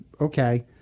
okay